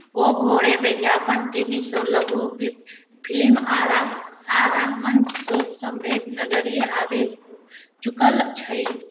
ओ घरे विज्ञापन TV show लघु फिल्म आ आ रङ्गमञ्च शो सभमे नजरि आबि चुकल छै